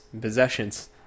possessions